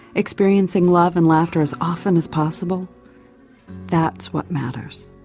experiencing love and laughter as often as possible that's what matters,